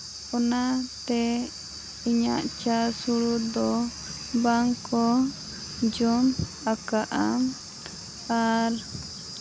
ᱚᱱᱟᱛᱮ ᱤᱧᱟᱹᱜ ᱪᱟᱥ ᱦᱩᱲᱩ ᱫᱚ ᱵᱟᱝ ᱠᱚ ᱡᱚᱢ ᱟᱠᱟᱫᱼᱟ ᱟᱨ